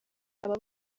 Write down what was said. aba